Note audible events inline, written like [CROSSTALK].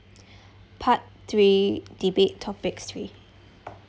[BREATH] part three debate topic three